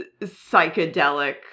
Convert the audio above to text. psychedelic